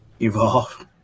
evolve